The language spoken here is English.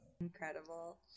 incredible